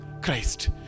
Christ